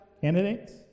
candidates